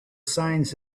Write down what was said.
signs